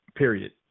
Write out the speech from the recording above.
Period